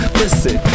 listen